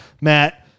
Matt